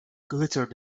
glittered